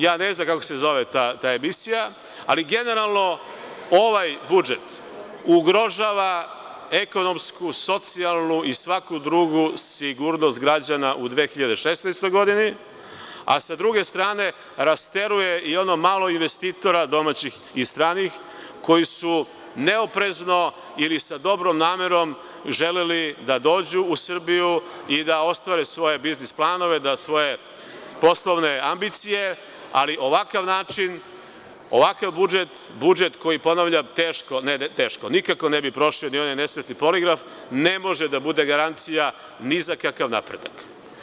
Ja ne znam kako se zove ta emisija, ali generalno ovaj budžet ugrožava ekonomsku, socijalnu i svaku drugu sigurnost građana u 2016. godini, a sa druge strane rasteruje i ono malo investitora, domaćih i stranih, koji su neoprezno ili sa dobrom namerom želeli da dođu u Srbiju i da ostvare svoje biznis planove, svoje poslovne ambicije, ali ovakav način, ovakav budžet, budžet koji nikako ne bi prošao onaj nesretni poligraf, ne može da bude garancija ni za kakav napredak.